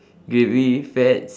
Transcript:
gravy fats